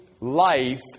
life